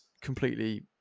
completely